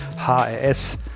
hrs